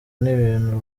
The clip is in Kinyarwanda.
n’ibintu